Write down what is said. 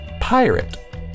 pirate